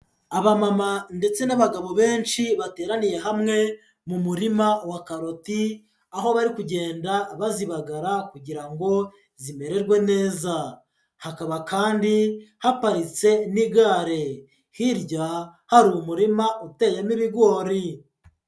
Abamama ndetse n'abagabo benshi bateraniye hamwe mu murima wa karoti aho bari kugenda bazibagara kugira ngo zimererwe neza, hakaba kandi haparitse n'igare, hirya hari umurima uteyemo ibigori.